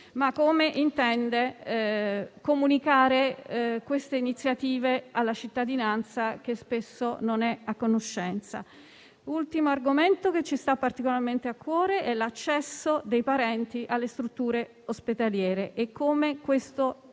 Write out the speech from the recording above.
come intenda comunicare queste iniziative alla cittadinanza, che spesso non ne è a conoscenza. Un ultimo argomento che ci sta particolarmente a cuore è l'accesso dei parenti alle strutture ospedaliere e come si intenda